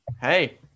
Hey